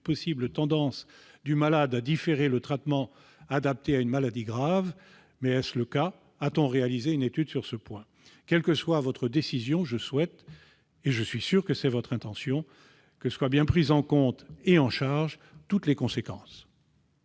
possible tendance du malade à différer le traitement adapté à une maladie grave. Mais est-ce le cas ? A-t-on réalisé une étude sur ce point ? Quelle que soit votre décision, je souhaite- et je suis sûr que telle est votre intention -que soient bien prises en compte et en charge toutes les conséquences.